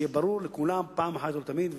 שיהיה ברור לכולם אחת ולתמיד,